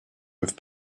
have